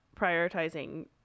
prioritizing